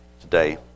today